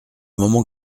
moment